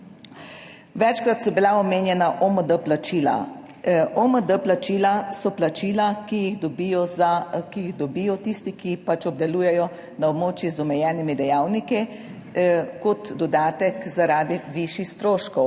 Večkrat so bila omenjena OMD plačila. OMD plačila so plačila, ki jih dobijo za, ki jih dobijo tisti, ki pač obdelujejo na območjih z omejenimi dejavniki kot dodatek zaradi višjih stroškov,